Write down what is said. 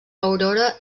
aurora